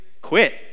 Quit